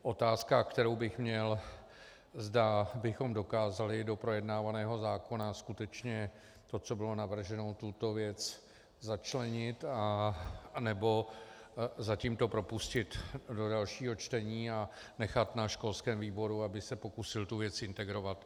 Otázka, kterou bych měl, zda bychom dokázali do projednávaného zákona skutečně to, co bylo navrženo, tuto věc začlenit, nebo zatím to propustit do dalšího čtení a nechat na školském výboru, aby se pokusil tu věc integrovat.